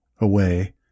away